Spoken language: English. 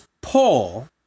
Paul